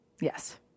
Yes